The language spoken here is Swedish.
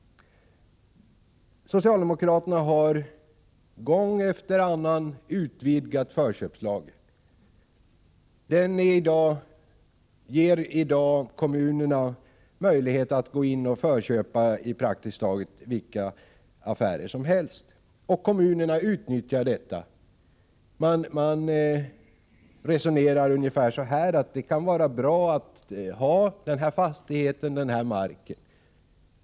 Socialdemokraterna har gång efter annan utvidgat förköpslagen. Den ger i dag kommunerna möjlighet och gå in med förköp i praktiskt taget vilka affärer som helst — och kommunerna utnyttjar detta. Man resonerar ungefär så här: Det kan vara bra att ha den här fastigheten eller den här marken.